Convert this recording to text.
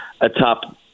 atop